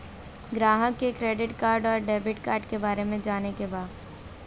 ग्राहक के credit card और डेविड कार्ड के बारे में जाने के बा?